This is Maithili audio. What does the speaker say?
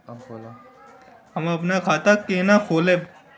हम अपन खाता केना खोलैब?